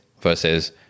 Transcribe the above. versus